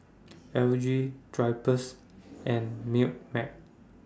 L G Drypers and Milkmaid